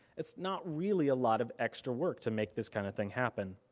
it's not really a lot of extra work to make this kind of thing happen.